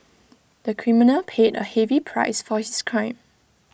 the criminal paid A heavy price for his crime